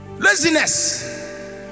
Laziness